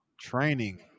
training